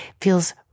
feels